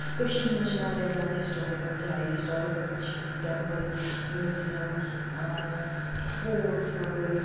کٔشیٖر منٛز چھِ واریاہ زیادٕ ہِسٹورِکَل جایہِ ہِسٹورِکَل چیٖز ٹیمپٕل میوٗزِیَم فوٹس وَغٲر